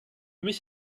mich